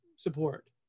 support